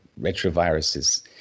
retroviruses